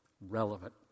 relevant